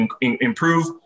improve